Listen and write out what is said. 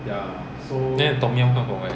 then the tom yum come from where